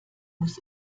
muss